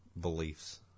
beliefs